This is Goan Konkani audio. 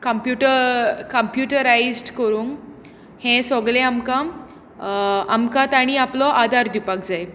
कम्प्युटर कम्प्युटरायज्ड करून हें सगलें आमकां आमकां तांणी आपलो आदार दिवपाक जाय